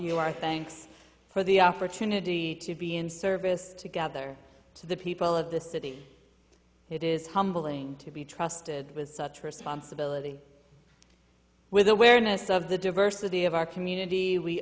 you our thanks for the opportunity to be in service together to the people of the city it is humbling to be trusted with such responsibility with awareness of the diversity of our community we